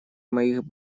моих